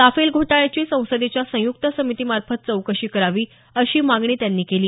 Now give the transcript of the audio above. Rafale घोटाळ्याची संसदेच्या संयुक्त समितीमार्फत चौकशी करावी अशी मागणी त्यांनी केली